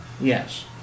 Yes